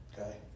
Okay